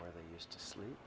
where they used to sleep